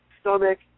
stomach